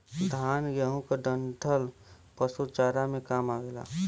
धान, गेंहू क डंठल पशु चारा में काम आवेला